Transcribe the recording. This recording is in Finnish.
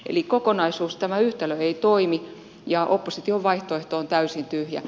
eli kokonaisuus tämä yhtälö ei toimi ja opposition vaihtoehto on täysin tyhjä